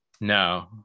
No